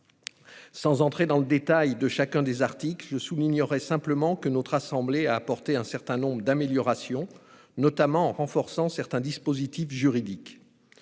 Sans entrer dans le détail de chacun des articles, je souligne que notre assemblée a apporté un certain nombre d'améliorations, notamment en renforçant des dispositifs juridiques.